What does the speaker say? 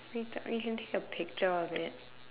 you can take a picture of it